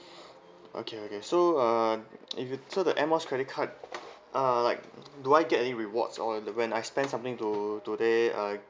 okay okay so uh you told the Air Miles credit card uh like do I get any rewards or when I spend something to today uh